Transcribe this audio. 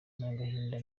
n’agahinda